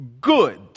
good